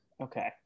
Okay